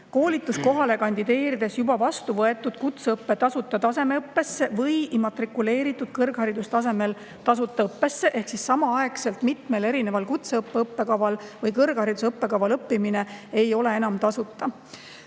koolituskohale kandideerides juba vastu võetud kutseõppe tasuta tasemeõppesse või immatrikuleeritud kõrgharidustasemel tasuta õppesse. Ehk siis samaaegselt mitmel erineval kutseõppe õppekaval või kõrghariduse õppekaval õppimine ei ole enam tasuta.